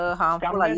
harmful